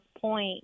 point